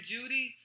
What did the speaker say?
Judy